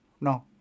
No